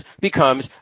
becomes